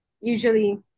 usually